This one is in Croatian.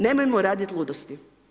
Nemojmo raditi ludosti.